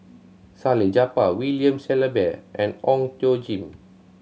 Salleh Japar William Shellabear and Ong Tjoe Kim